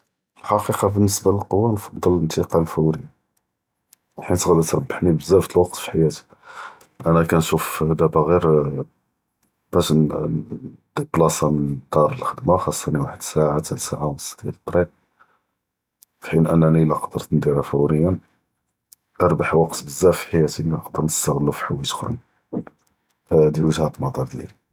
פי אלחקיקה באלניסבה ללכוה נפדל אינתקאל אלפורי, בחית ע’תרבחני בזאף ד לוקת פי חיאתי, אנה כנשוף דאבא ע’יר באש, נדיפלאסא מן אלדאר ללח’דמא חאצ הנא וחד אלסאעה חתה סאעה ו נוס דיאל אלט’ריק, פי חין אנהני לא קדרת נדירהא פוריא, כנרבח לוקת בזאף פי חיאתי לי נקדר נסתע’לו פי חואיג’ לאח’רין, אא